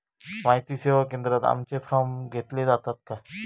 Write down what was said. माहिती सेवा केंद्रात आमचे फॉर्म घेतले जातात काय?